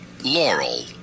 Laurel